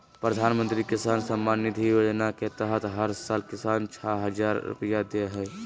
प्रधानमंत्री किसान सम्मान निधि योजना के तहत हर साल किसान, छह हजार रुपैया दे हइ